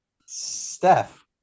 steph